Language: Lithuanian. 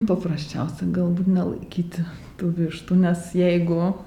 paprasčiausia galbūt nelaikyti tų vištų nes jeigu